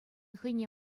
хӑйне